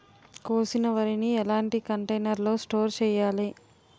కోసిన వరిని ఎలాంటి కంటైనర్ లో స్టోర్ చెయ్యాలి?